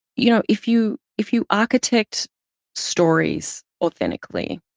you know, if you if you architect stories authentically,